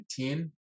19